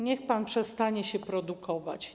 Niech pan przestanie się produkować.